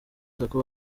sacco